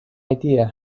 idea